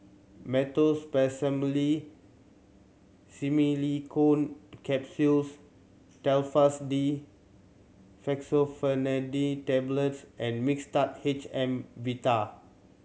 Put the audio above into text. Meteospasmyl Simeticone Capsules Telfast D Fexofenadine Tablets and Mixtard H M